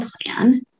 plan